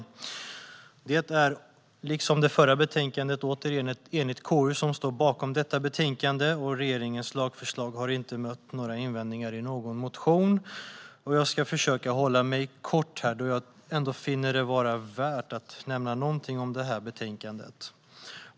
Det är, liksom när det gäller det betänkande vi debatterade nyss, ett enigt KU som står bakom detta betänkande, och regeringens lagförslag har inte mött invändningar i någon motion. Jag ska försöka fatta mig kort, men jag finner det ändå vara värt att nämna något om det här betänkandet.